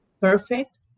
perfect